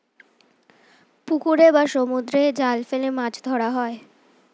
পুকুরে বা সমুদ্রে জাল ফেলে মাছ ধরা হয়